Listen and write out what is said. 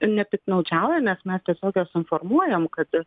nepiktnaudžiauja nes mes tiesiog juos informuojam kad